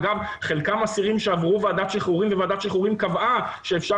אגב חלקם אסירים שעברו ועדת שחרורים וועדת שחרורים קבעה שאפשר